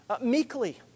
meekly